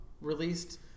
released